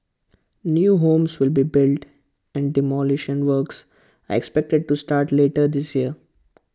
new homes will be built and demolition works are expected to start later this year